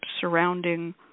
surrounding